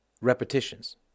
repetitions